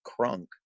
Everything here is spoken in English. crunk